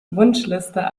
wunschliste